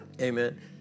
Amen